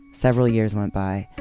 several years went by.